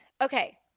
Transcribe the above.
okay